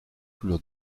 couleur